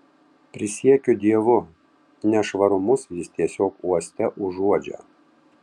prisiekiu dievu nešvarumus jis tiesiog uoste užuodžia